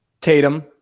Tatum